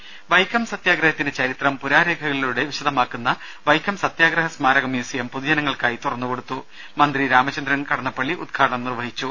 ദേദ വൈക്കം സത്യാഗ്രഹത്തിന്റെ ചരിത്രം പുരാരേഖകളിലൂടെ വിശദമാക്കുന്ന വൈക്കം സത്യാഗ്രഹ സ്മാരക മ്യൂസിയം പൊതുജനങ്ങൾക്കായി തുറന്നു കൊടുത്തു മന്ത്രി രാമചന്ദ്രൻ കടന്നപ്പള്ളി ഉദ്ഘാടനം നിർവഹിച്ചു